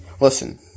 Listen